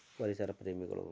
ಪರಿಸರಪ್ರೇಮಿಗಳು